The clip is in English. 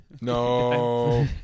No